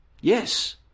yes